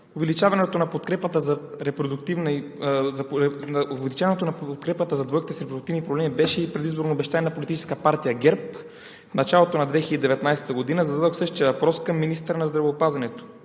Увеличаването на подкрепата за двойките с репродуктивни проблеми беше и предизборно обещание на Политическа партия ГЕРБ. В началото на 2019 г. зададох същия въпрос към министъра на здравеопазването.